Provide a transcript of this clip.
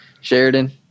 Sheridan